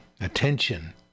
attention